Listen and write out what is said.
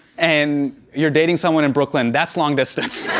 and you're dating someone in brooklyn, that's long distance.